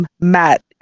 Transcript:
Matt